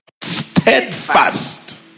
steadfast